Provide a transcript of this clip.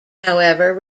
however